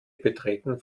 betreten